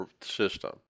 system